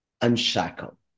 unshackle